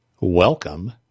Welcome